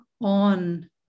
on